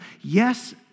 yes